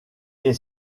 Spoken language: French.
est